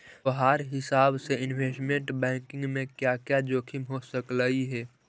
तोहार हिसाब से इनवेस्टमेंट बैंकिंग में क्या क्या जोखिम हो सकलई हे